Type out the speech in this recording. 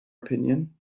opinion